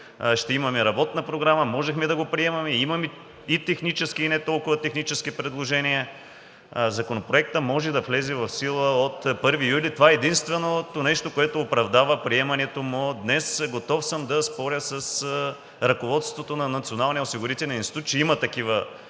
ще имаме работна програма, можехме да го приемаме, имаме и технически, и не толкова технически предложения. Законопроектът може да влезе в сила от 1 юли. Това е единственото нещо, което оправдава приемането му днес. Готов съм да споря с ръководството на Националния